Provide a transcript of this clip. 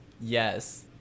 yes